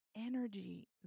energy